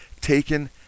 taken